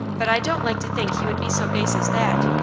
but i don't like to think he would be so base as that.